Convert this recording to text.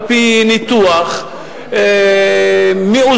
על-פי ניתוח מאוזן,